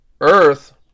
earth